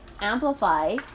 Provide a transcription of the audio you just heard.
amplify